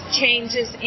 changes